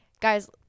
guys